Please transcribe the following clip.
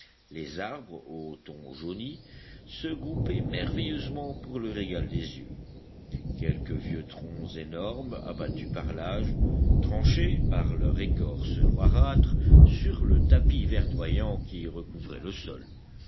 les arbres aux tons jaunis se groupaient merveilleusement pour le régal des yeux quelques vieux troncs énormes abattus par l'âge tranchaient par leur écorce noirâtre sur le tapis verdoyant qui recouvrait le sol